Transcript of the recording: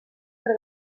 per